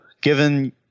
given